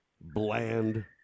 bland